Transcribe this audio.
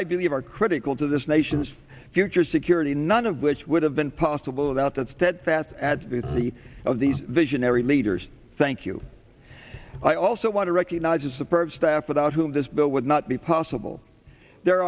i believe are critical to this nation's future security none of which would have been possible without that steadfast at the of these visionary leaders thank you i also want to recognize the purpose staff without whom this bill would not be possible there